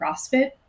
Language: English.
CrossFit